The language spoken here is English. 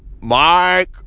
Mike